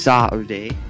Saturday